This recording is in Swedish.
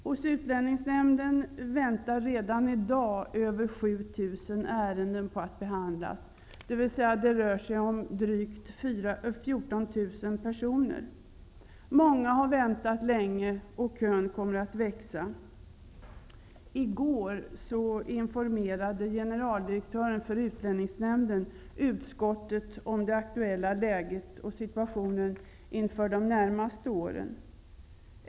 Hos Utlänningsnämnden väntar redan i dag över 7 000 ärenden på att behandlas, dvs. det rör sig lågt räknat om 14 000 personer. Många har väntat länge och kön kommer att växa. I går informerade generaldirektören för Utlänningsnämnden utskottet om det aktuella läget och om situationen inför de närmaste åren.